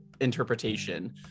interpretation